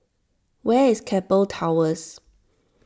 where is Keppel Towers